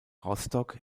rostock